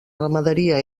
ramaderia